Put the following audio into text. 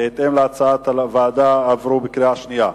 בהתאם להצעת הוועדה, עברו בקריאה שנייה.